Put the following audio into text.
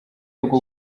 rwo